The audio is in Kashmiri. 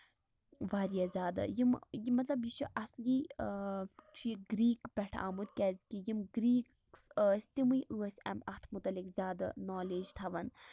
واریاہ زیادٕ یِم مطلب یہِ چھُ اَصلی چھُ یہِ گریٖک پٮ۪ٹھ آمُت کیازِ کہِ یِم گریٖکٔس ٲسۍ تِمَے ٲسۍ اَتھ مُتعلِق زیادٕ نالٮ۪ج تھاوَان